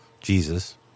Jesus